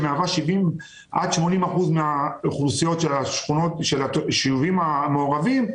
שמהווה 70% עד 80% מהיישובים המעורבים,